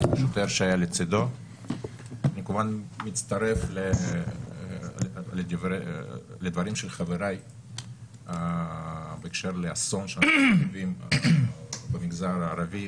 אני כמובן מצטרף לדברים של חבריי בהקשר לאסון שאנחנו חווים במגזר הערבי,